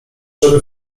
żeby